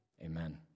Amen